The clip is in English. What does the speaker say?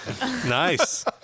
Nice